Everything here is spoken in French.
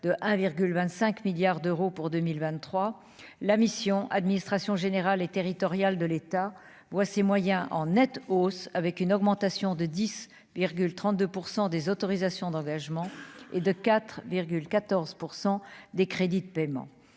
25 milliards d'euros pour 2023 la mission Administration générale et territoriale de l'État voici moyen en nette hausse, avec une augmentation de 10 32 pour 100 des autorisations d'engagement et de 4 à 14 % des crédits de paiement,